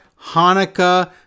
hanukkah